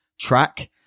track